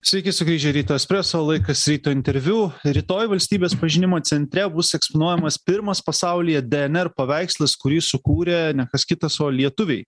sveiki sugrįžę į rytų espreso laikas ryto interviu rytoj valstybės pažinimo centre bus eksponuojamas pirmas pasaulyje dnr paveikslas kurį sukūrė ne kas kitas o lietuviai